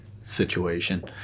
situation